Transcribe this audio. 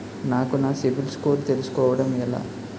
నాకు నా సిబిల్ స్కోర్ తెలుసుకోవడం ఎలా?